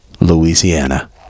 Louisiana